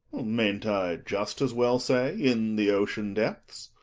mayn't i just as well say in the ocean depths?